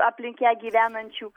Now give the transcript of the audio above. aplink ją gyvenančių